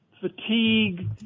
fatigue